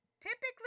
typically